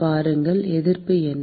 பாருங்கள் எதிர்ப்பு என்ன